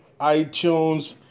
iTunes